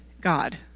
God